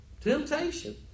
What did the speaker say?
Temptation